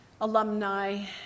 alumni